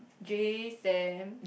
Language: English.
Jay Sam